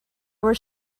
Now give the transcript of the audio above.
were